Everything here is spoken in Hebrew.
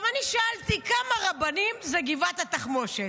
אני שאלתי כמה רבנים זה גבעת התחמושת.